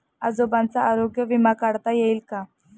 आजोबांचा आरोग्य विमा काढता येईल का?